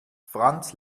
franz